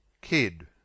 kid